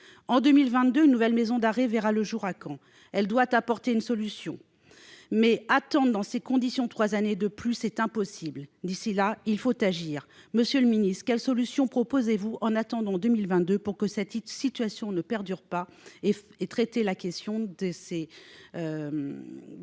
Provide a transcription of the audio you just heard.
En 2022, une nouvelle maison d'arrêt verra le jour à Caen ; cela doit apporter une solution, mais, dans ces conditions, attendre trois années de plus est impossible. D'ici là, il faut agir. Monsieur le secrétaire d'État, quelles solutions proposez-vous, en attendant 2022, pour que cette situation ne perdure pas et que soient traitées la question de ces